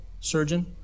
surgeon